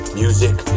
music